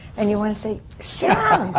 and you wanna say. sit